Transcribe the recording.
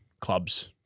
clubs